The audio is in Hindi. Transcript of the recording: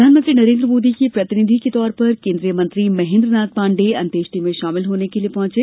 प्रधानमंत्री नरेन्द्र मोदी के प्रतिनिधि के तौर पर केन्द्रीय मंत्री महेन्द्र नाथ पाण्डे अंत्येष्टी में शामिल होने के लिये पहुंचे